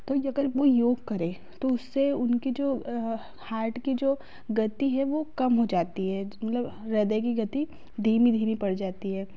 तो अगर वे योग करें तो उससे उनकी जो हार्ट की जो गति है वो कम हो जाती है मतलब हिर्दय की गति धीमी धीमी पड़ जाती है